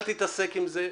אל תתעסק עם זה.